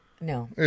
No